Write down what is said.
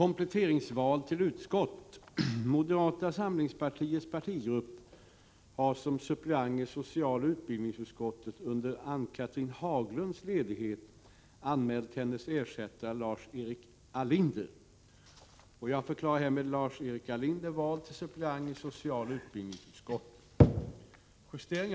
Moderata samlingspartiets partigrupp har som suppleant i socialoch utbildningsutskotten under Ann-Cathrine Haglunds ledighet anmält hennes ersättare Lars-Erik Ahlinder.